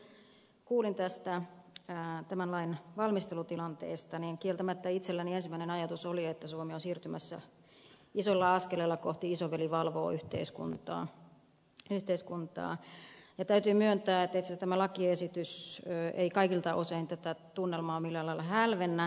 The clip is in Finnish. kun kuulin tämän lain valmistelutilanteesta niin kieltämättä itselläni ensimmäinen ajatus oli että suomi on siirtymässä isolla askeleella kohti isoveli valvoo yhteiskuntaa ja täytyy myöntää että itse asiassa tämä lakiesitys ei kaikilta osin tätä tunnelmaa millään lailla hälvennä